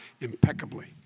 impeccably